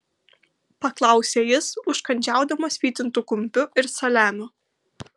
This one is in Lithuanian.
paklausė jis užkandžiaudamas vytintu kumpiu ir saliamiu